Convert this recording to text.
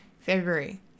February